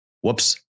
Whoops